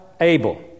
Abel